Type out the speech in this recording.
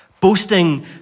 Boasting